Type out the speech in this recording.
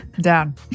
Down